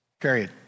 Period